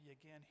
again